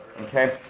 okay